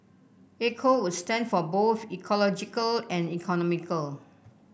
eco would stand for both ecological and economical